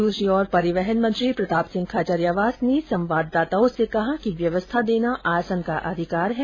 दूसरी ओर परिवहन मंत्री प्रताप सिंह खाचरियावास ने संवाददाताओं से कहा कि व्यवस्था देना आसन का अधिकार है